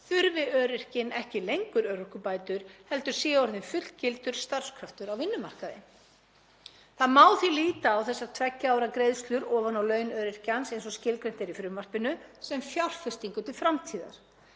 þurfi öryrkinn ekki lengur örorkubætur heldur sé orðinn fullgildur starfskraftur á vinnumarkaði. Það má því líta á þessar tveggja ára greiðslur ofan á laun öryrkjans, eins og skilgreint er í frumvarpinu, sem fjárfestingu til framtíðar